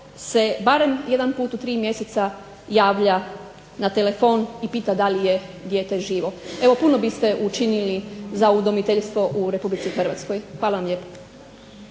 se barem jedan put u tri mjeseca javlja na telefon i pita da li je dijete živo. Evo, puno biste učinili za udomiteljstvo u Republici Hrvatskoj. Hvala lijepo.